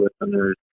listeners